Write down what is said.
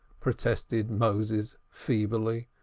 protested moses feebly.